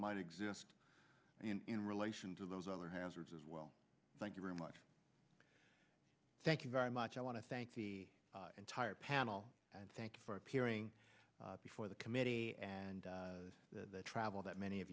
might exist in relation to those other hazards as well thank you very much thank you very much i want to thank the entire panel and thank you for appearing before the committee and the travel that many of